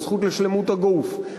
בזכות לשלמות הגוף,